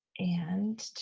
and